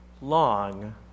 long